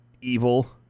evil